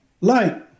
light